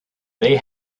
they